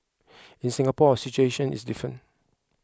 in Singapore our situation is different